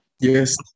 Yes